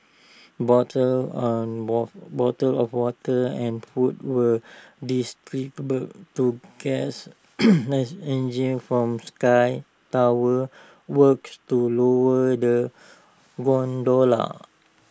bottles on water of water and food were to guests as engineers from sky tower worked to lower the gondola